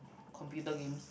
computer games